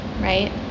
right